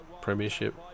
Premiership